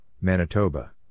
Manitoba